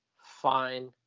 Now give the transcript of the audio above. fine